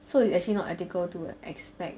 so it's actually not ethical to expect